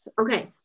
Okay